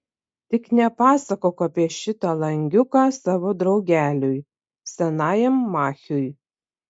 tik nepasakok apie šitą langiuką savo draugeliui senajam machiui